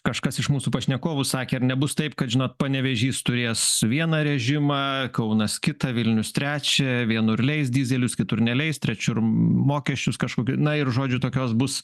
kažkas iš mūsų pašnekovų sakė ar nebus taip kad žinot panevėžys turės vieną režimą kaunas kitą vilnius trečią vienur leis dyzelius kitur neleis trečiur mokesčius kažkokiu na ir žodžiu tokios bus